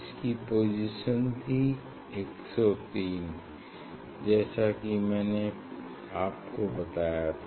इसकी पोजीशन थी 103 जैसा कि मैंने आपको बताया था